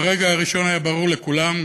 ברגע הראשון היה ברור לכולם,